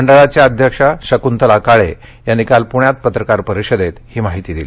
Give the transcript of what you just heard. मंडळाच्या अध्यक्ष शक्तला काळे यांनी काल पुण्यात पत्रकार परिषदेत ही माहिती दिली